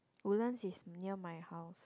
Woodlands is near my house